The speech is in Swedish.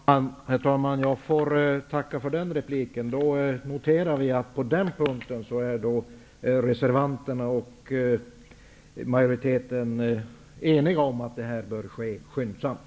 Herr talman! Jag får tacka för den här repliken. Jag noterar att reservanterna och majoriteten på den punkten är eniga om att det här bör ske skyndsamt.